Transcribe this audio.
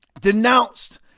Denounced